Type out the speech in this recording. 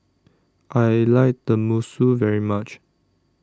I like Tenmusu very much